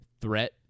threat